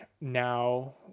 now